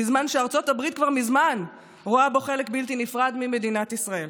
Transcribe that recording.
בזמן שארצות הברית כבר מזמן רואה בו חלק בלתי נפרד ממדינת ישראל.